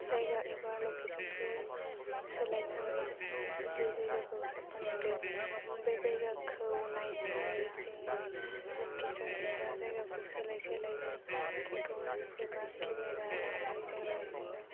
जायगा एबा लकेसनखौ सोलायनानै जि जायगाखौ साफा नुदों बे जायगाखौ नायनानै जोङो लकेसन एबा जायगाखौ सोलाय सोलाय जों फट' एबा केमेरा लानाय जायो जोङो